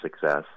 success